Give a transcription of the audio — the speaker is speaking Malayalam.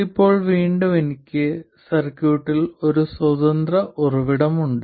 ഇപ്പോൾ വീണ്ടും എനിക്ക് സർക്യൂട്ടിൽ ഒരൊറ്റ സ്വതന്ത്ര ഉറവിടം ഉണ്ട്